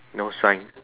no sign